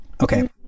Okay